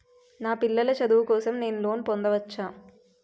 నా పిల్లల చదువు కోసం నేను లోన్ పొందవచ్చా?